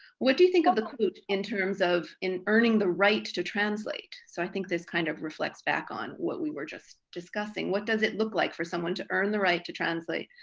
what do you think of the quote in terms of earning the right to translate? so i think this kind of reflects back on what we were just discussing. what does it look like for someone to earn the right to translate?